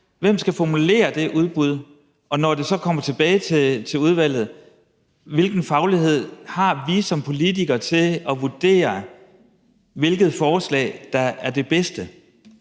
hvem skal formulere det udbud? Og når det så kommer tilbage til udvalget: Hvilken faglighed har vi som politikere til at vurdere, hvilket forslag der er det bedste?